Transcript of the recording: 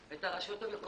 את הרשויות המקומיות.